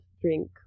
drink